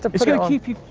it's gonna keep you,